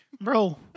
Bro